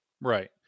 Right